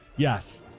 Yes